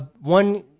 one